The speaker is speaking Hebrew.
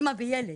אימא וילד.